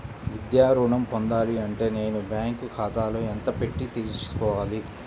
విద్యా ఋణం పొందాలి అంటే నేను బ్యాంకు ఖాతాలో ఎంత పెట్టి తీసుకోవాలి?